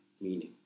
meaning